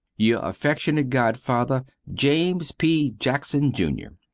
your affeckshunate godfather, james p. jackson jr.